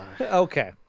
Okay